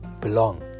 belong